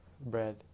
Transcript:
Bread